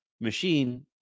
machine